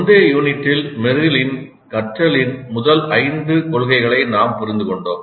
முந்தைய யூனிட்டில் மெர்ரிலின் கற்றலின் முதல் ஐந்து கொள்கைகளை நாம் புரிந்துகொண்டோம்